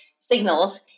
signals